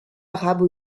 arabes